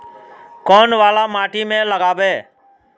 कौन वाला माटी में लागबे?